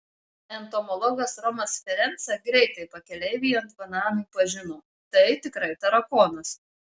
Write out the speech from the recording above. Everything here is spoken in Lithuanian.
entomologas romas ferenca greitai pakeleivį ant bananų pažino tai tikrai tarakonas